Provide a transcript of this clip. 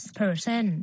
person